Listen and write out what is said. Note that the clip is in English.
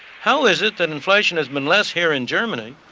how is it that inflation has been less here in germany,